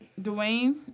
Dwayne